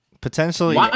Potentially